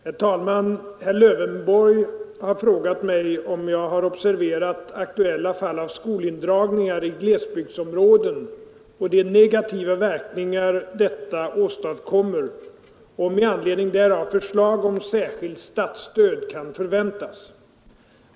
Herr talman! Herr Lövenborg har frågat mig, om jag har observerat aktuella fall av skolindragningar i glesbygdsområden och de negativa verkningar detta åstadkommer och om i anledning därav förslag om särskilt statsstöd kan förväntas.